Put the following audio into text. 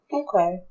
okay